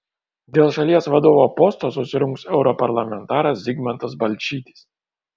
dėl šalies vadovo posto susirungs europarlamentaras zigmantas balčytis